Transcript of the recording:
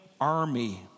army